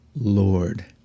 Lord